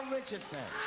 Richardson